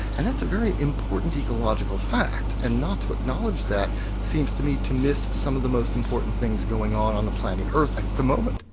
and that's a very important ecological fact and not to acknowledge that seems to me to miss some of the most important things going on on the planet earth at the moment.